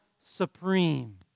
supreme